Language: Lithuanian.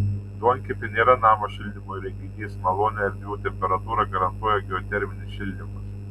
duonkepė nėra namo šildymo įrenginys malonią erdvių temperatūrą garantuoja geoterminis šildymas